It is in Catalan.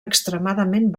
extremadament